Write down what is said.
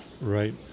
right